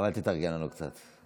אבל תתרגם לנו קצת.